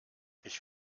ich